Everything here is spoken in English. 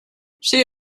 she